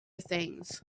things